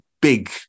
big